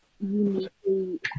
uniquely